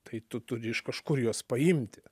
tai tu turi iš kažkur juos paimti